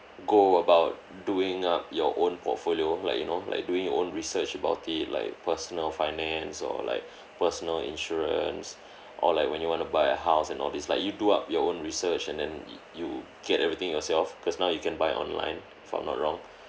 go about doing up your own portfolio like you know like doing your own research about it like personal finance or like personal insurance or like when you want to buy a house and all this like you do up your own research and then y~ you get everything yourself cause now you can buy online if I'm not wrong